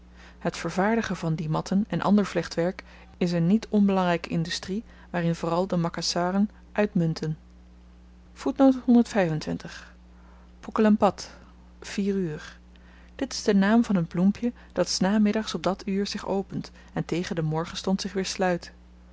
het vervaardigen van die matten en ander vlechtwerk is in niet onbelangrijke industrie waarin vooral de makassaren uitmunten boek aan pad vier uur dit is de naam van n bloempje dat s namiddags op dat uur zich opent en tegen den morgenstond zich weer sluit